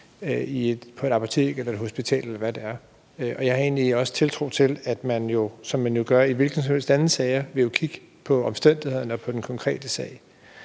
på et apotek eller et hospital, eller hvad det er. Og jeg har egentlig også tiltro til, at man, som man jo gør i alle mulige andre sager, vil kigge på omstændighederne og på den konkrete sag.